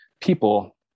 people